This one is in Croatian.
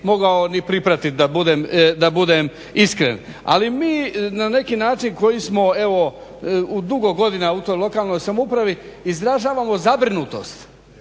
mogao ni pripratiti da budem iskren. Ali mi na neki način koji smo evo dugo godina u toj lokalnoj samoupravi, izražavamo zabrinutost,